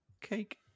cake